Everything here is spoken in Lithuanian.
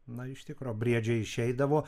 na iš tikro briedžiai išeidavo